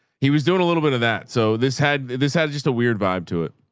he was doing a little bit of that. so this had, this had just a weird vibe to it.